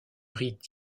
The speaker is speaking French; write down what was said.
rite